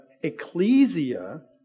ecclesia